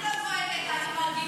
אני לא צועקת, אני מגיבה.